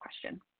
question